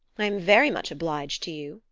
i am very much obliged to you!